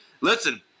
listen